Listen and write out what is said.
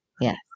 Yes